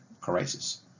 crisis